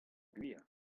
gwir